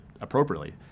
appropriately